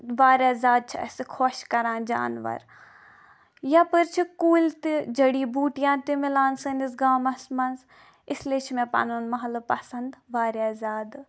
واریاہ زیادٕ چھِ اسہِ خۄش کران جانور یپٲر چھِ کُلۍ تہِ جٔڈی بوٗٹیاں تہِ مِلان سٲنِس گامَس منٛز اس لیے چھُ مےٚ پَنُن محلہٕ پسند واریاہ زیادٕ